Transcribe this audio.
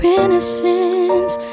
innocence